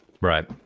right